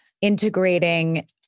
integrating